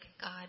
God